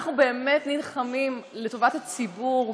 אנחנו באמת נלחמים לטובת הציבור,